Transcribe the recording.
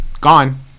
gone